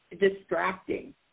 distracting